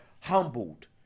humbled